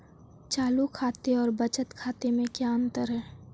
चालू खाते और बचत खाते में क्या अंतर है?